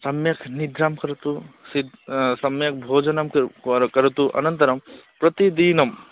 सम्यक् निद्रां करोतु सिद् सम्यक् भोजनं क् कोर् करोतु अनन्तरं प्रतिदिनम्